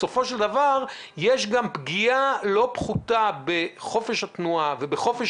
בסופו של דבר יש גם פגיעה לא פחותה בחופש התנועה ובחופש